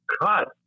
cut